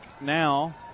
now